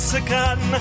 again